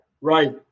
right